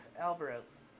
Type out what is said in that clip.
alvarez